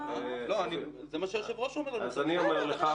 מה --- זה מה שהיושב-ראש אומר לנו תמיד.